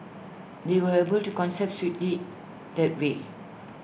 they were able to concept swiftly that way